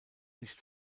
nicht